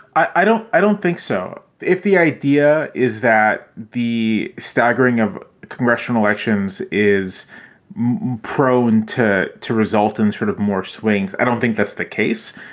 i don't i don't think so. if the idea is that the staggering of congressional actions is prone to to result in sort of more swings, i don't think that's the case.